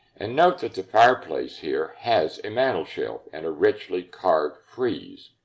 and note that the fireplace here has a mantel shelf and a richly carved frieze.